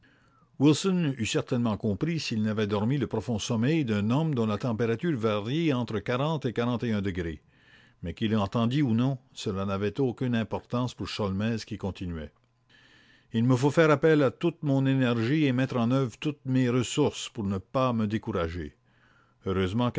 wilson eut certainement compris s'il n'avait dormi le profond sommeil d'un homme dont la température varie entre quarante et quarante et un degrés mais qu'il entendit ou non cela n'avait aucune importance pour sholmès qui continuait il me faut faire appel à toute mon énergie et mettre en œuvre toutes mes ressources pour ne pas me décourager heureusement